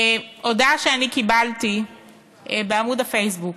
הודעה שקיבלתי בעמוד הפייסבוק,